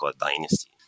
dynasty